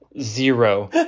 zero